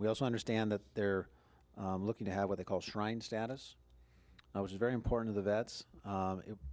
we also understand that they're looking to have what they call shrine status i was very important of the vets